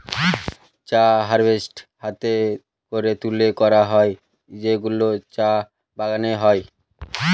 চা হারভেস্ট হাতে করে তুলে করা হয় যেগুলো চা বাগানে হয়